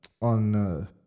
on